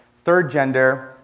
third gender,